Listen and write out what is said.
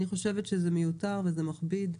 אני חושבת שזה מיותר וזה מכביד.